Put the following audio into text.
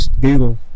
google